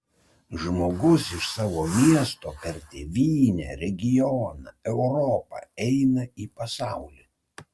žmogus iš savo miesto per tėvynę regioną europą eina į pasaulį